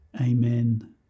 Amen